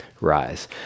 rise